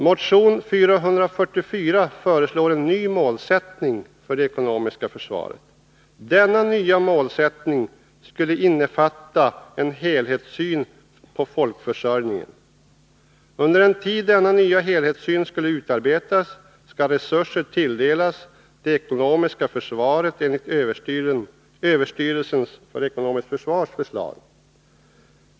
Motion 444 föreslår en ny målsättning för det ekonomiska försvaret. Denna nya målsättning skulle innefatta en helhetssyn på folkförsörjningen. Under den tid denna nya helhetssyn utarbetas skall resurser tilldelas det ekonomiska försvaret enligt överstyrelsens för ekonomiskt försvar förslag.